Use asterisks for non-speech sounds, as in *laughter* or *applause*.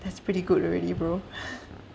that's pretty good already bro *laughs*